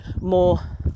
more